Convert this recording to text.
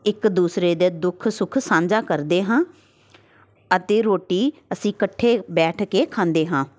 ਇੱਕ ਦੂਸਰੇ ਦਾ ਦੁੱਖ ਸੁੱਖ ਸਾਂਝਾ ਕਰਦੇ ਹਾਂ ਅਤੇ ਰੋਟੀ ਅਸੀਂ ਇਕੱਠੇ ਬੈਠ ਕੇ ਖਾਂਦੇ ਹਾਂ